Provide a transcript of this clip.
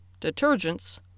Detergents